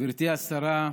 גברתי השרה,